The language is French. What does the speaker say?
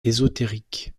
ésotérique